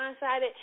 blindsided